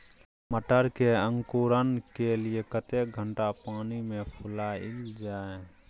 मटर के अंकुरण के लिए कतेक घंटा पानी मे फुलाईल जाय?